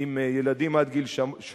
עם ילדים עד גיל שלוש,